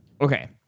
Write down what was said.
okay